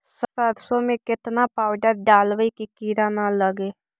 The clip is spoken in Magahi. सरसों में केतना पाउडर डालबइ कि किड़ा न लगे?